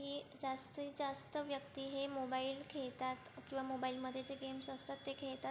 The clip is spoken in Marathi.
की जास्तीत जास्त व्यक्ती हे मोबाईल खेळतात किंवा मोबाईलमध्ये जे गेम्स असतात ते खेळतात